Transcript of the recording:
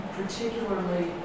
particularly